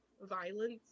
violence